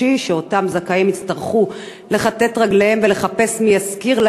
שאותם זכאים יצטרכו לכתת רגליהם ולחפש מי ישכיר להם,